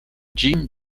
jim